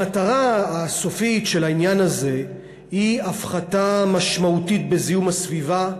המטרה הסופית של העניין הזה היא הפחתה משמעותית בזיהום הסביבה,